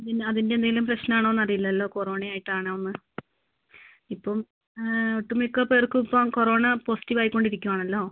അതിൻ്റെ എന്തെങ്കിലും പ്രശ്നം ആണോ എന്ന് അറിയില്ലല്ലോ കൊറോണ ആയിട്ടാണോ എന്ന് ഇപ്പം ഒട്ടുമിക്ക പേർക്കും ഇപ്പോൾ കൊറോണ പോസിറ്റീവ് ആയിക്കൊണ്ടിരിക്കുവാണല്ലോ